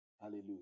Hallelujah